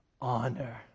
honor